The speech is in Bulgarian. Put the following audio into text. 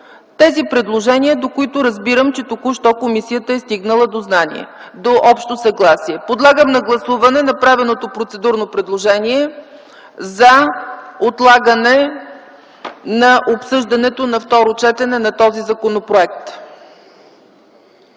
предвид предложенията, по които разбирам току-що, че комисията е стигнала до общо съгласие. Подлагам на гласуване направеното процедурно предложение за отлагане на обсъждането на второ четене на този законопроект.